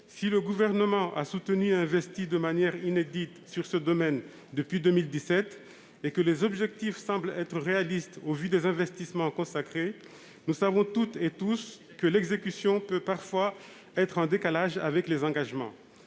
Si le Gouvernement a soutenu et investi de manière inédite dans ce secteur depuis 2017 et que les objectifs semblent réalistes au vu des investissements consacrés, nous savons toutes et tous que l'exécution peut parfois être en décalage avec les engagements.